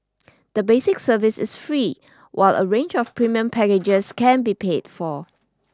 the basic service is free while a range of premium packages can be paid for